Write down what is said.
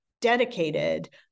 dedicated